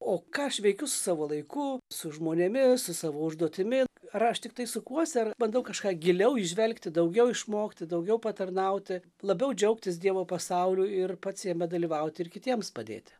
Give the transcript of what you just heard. o ką aš veikiu su savo laiku su žmonėmis su savo užduotimi ar aš tiktai sukuosi ar bandau kažką giliau įžvelgti daugiau išmokti daugiau patarnauti labiau džiaugtis dievo pasauliu ir pats jame dalyvauti ir kitiems padėti